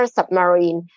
Submarine